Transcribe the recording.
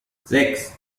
sechs